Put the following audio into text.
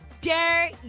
dare